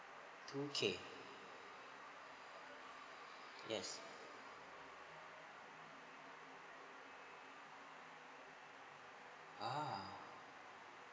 two K yes ah